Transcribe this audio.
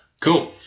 cool